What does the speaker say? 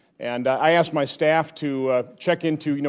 and i asked my staff to check into, you know